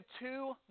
two